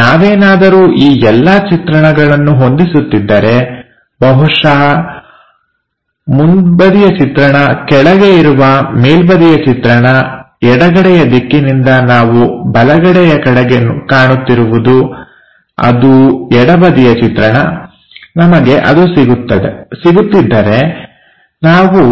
ನಾವೇನಾದರೂ ಈ ಎಲ್ಲಾ ಚಿತ್ರಣಗಳನ್ನು ಹೊಂದಿಸುತ್ತಿದ್ದರೆ ಬಹುಶಃ ಮುಂಬದಿಯ ಚಿತ್ರಣ ಕೆಳಗೆ ಇರುವ ಮೇಲ್ಬದಿಯ ಚಿತ್ರಣ ಎಡಗಡೆಯ ದಿಕ್ಕಿನಿಂದ ನಾವು ಬಲಗಡೆಯ ಕಡೆ ಕಾಣುತ್ತಿರುವುದು ಅದು ಎಡಬದಿಯ ಚಿತ್ರಣ ನಮಗೆ ಅದು ಸಿಗುತ್ತಿದ್ದರೆ ನಾವು